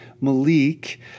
Malik